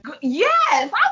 Yes